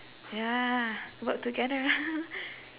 ya work together